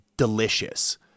delicious